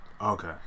Okay